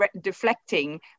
deflecting